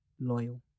loyal